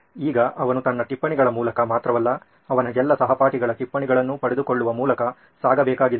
ಈಗ ಅವನು ತನ್ನ ಟಿಪ್ಪಣಿಗಳ ಮೂಲಕ ಮಾತ್ರವಲ್ಲ ಅವನ ಎಲ್ಲಾ ಸಹಪಾಠಿಗಳ ಟಿಪ್ಪಣಿಗಳನ್ನು ಪಡೆದುಕೊಳ್ಳುವ ಮೂಲಕ ಸಾಗಬೇಕಾಗಿದೆ